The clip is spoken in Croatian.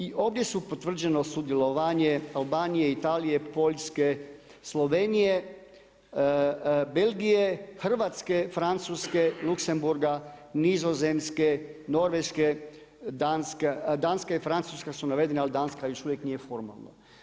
I ovdje su potvrđeno sudjelovanje Albanije, Italije, Poljske, Slovenije, Belgije, Hrvatske, Francuske, Luxembourga, Nizozemske, Norveške, Danska i Francuska su navedena ali Danska još uvijek nije formalno.